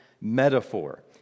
metaphor